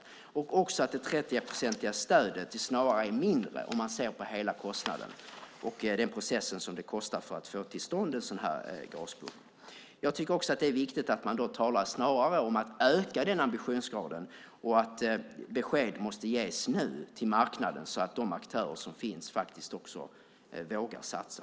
Man bör också ta med att det 30-procentiga stödet snarare är mindre om man ser till hela kostnaden, alltså också kostnaden för den process som krävs för att få till stånd en sådan här gaspump. Jag tycker också att det är viktigt att man snarare talar om att öka ambitionsgraden och att besked måste ges nu till marknaden så att de aktörer som finns faktiskt vågar satsa.